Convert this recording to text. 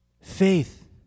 faith